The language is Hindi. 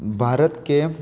भारत के